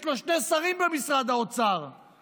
יש לו שני שרים במשרד האוצר,